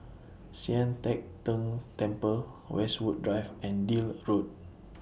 Sian Teck Tng Temple Westwood Drive and Deal Road